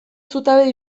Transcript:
zutabe